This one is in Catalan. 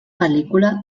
pel·lícula